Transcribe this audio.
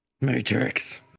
Matrix